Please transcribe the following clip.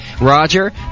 Roger